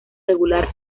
regular